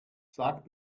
sag